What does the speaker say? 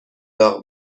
داغ